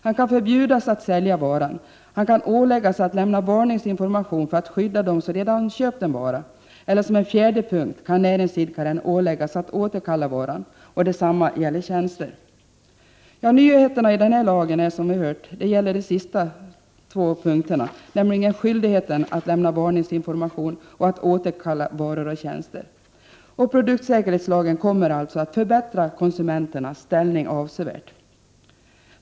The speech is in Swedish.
Han kan förbjudas att sälja varan och han kan åläggas att lämna varningsinformation för att skydda dem som redan köpt en vara. Som en fjärde punkt kan näringsidkaren åläggas att återkalla varan. Detsamma gäller tjänster. Nyheterna i denna lag gäller de två sista punkterna, nämligen skyldigheten att lämna varningsinformation och att återkalla varor och tjänster. Produktsäkerhetslagen kommer alltså att förbättra konsumenternas ställning avsevärt.